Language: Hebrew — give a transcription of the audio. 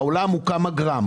בעולם היא רק כמה גרמים.